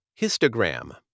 histogram